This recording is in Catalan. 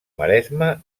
maresme